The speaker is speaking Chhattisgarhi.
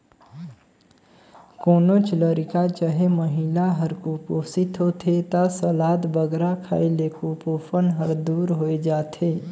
कोनोच लरिका चहे महिला हर कुपोसित होथे ता सलाद बगरा खाए ले कुपोसन हर दूर होए जाथे